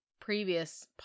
previous